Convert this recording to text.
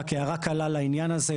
רק הערה קלה לעניין הזה.